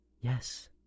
Yes